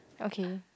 okay